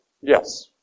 Yes